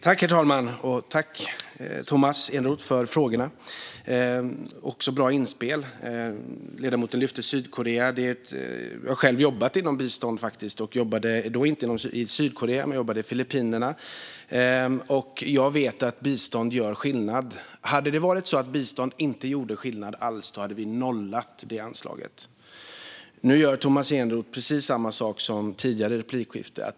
Herr talman! Jag tackar Tomas Eneroth för frågorna. Det var ett bra inspel. Ledamoten lyfte fram Sydkorea. Jag har själv jobbat inom biståndsverksamhet, men inte i Sydkorea. Jag jobbade i Filippinerna, och jag vet att bistånd gör skillnad. Om det hade varit så att bistånd inte gör skillnad alls hade vi nollat detta anslag. Nu gör Tomas Eneroth precis samma sak som gjordes i tidigare replikskifte.